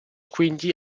quindi